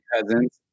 cousins